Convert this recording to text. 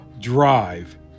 drive